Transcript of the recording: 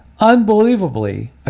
unbelievably